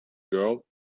girl